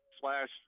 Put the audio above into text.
slash